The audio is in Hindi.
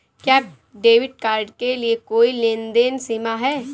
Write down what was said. क्या डेबिट कार्ड के लिए कोई लेनदेन सीमा है?